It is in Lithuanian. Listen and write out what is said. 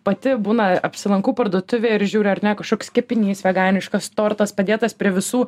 pati būna apsilankau parduotuvėj ir žiūriu ar ne kažkoks kepinys veganiškas tortas padėtas prie visų